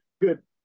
good